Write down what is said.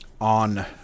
on